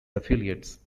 affiliates